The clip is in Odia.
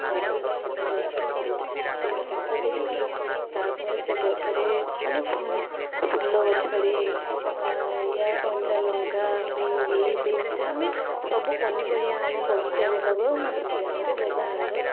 ବ୍ୟବହାର ଖତ ବ୍ୟବହାର କରୁ ହେଲେ ଖତ ଦେଇକି ତା'ପରେ ସେ ଗଛରେ ମାନେ ଫୁଲ ଗଛରେ ୟା କଞ୍ଚା ଲଙ୍କା ଭେଣ୍ଡି ବିନ୍ସ ଆମେ ସବୁ ପନିପରିବା ଆମ ବଗିଚାରେ ଲଗଉନା ସେ ଜାଗାରେ ବ୍ୟବହାର